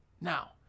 Now